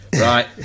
right